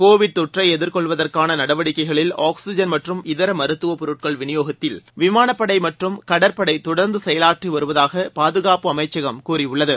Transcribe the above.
Covid தொற்றை எதிர்கொள்வதற்கான நடவடிக்கைகளில் ஆக்ஸிஜன் மற்றும் இதர மருத்துவ பொருட்கள் விநியோகத்தில் விமானப்படை மற்றம் கடற்படை தொடர்ந்து செயலாற்றி வருவதாக பாதுகாப்பு அமைச்சகம் கூறியுள்ளது